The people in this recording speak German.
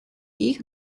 ich